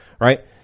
right